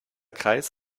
kreis